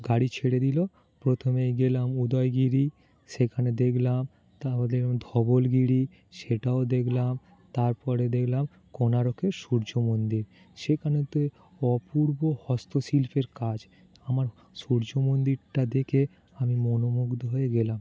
গাড়ি ছেড়ে দিলো প্রথমেই গেলাম উদয়গিরি সেখানে দেখলাম তারপর দেখলাম ধবলগিরি সেটাও দেখলাম তারপরে দেখলাম কোনারকের সূর্য মন্দির সেখানেতে অপূর্ব হস্তশিল্পের কাজ আমার সূর্য মন্দিরটা দেখে আমি মনঃমুগ্ধ হয়ে গেলাম